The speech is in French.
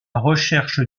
recherche